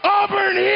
Auburn